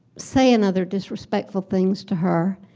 saying another disrespectful things to her.